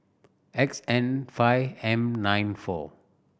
X N five M nine four